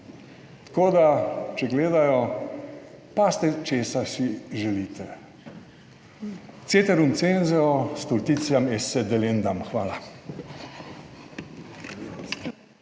tako, da, če gledajo, pazite, česa si želite. Ceterum censeo stoltitiam esse delendam. Hvala.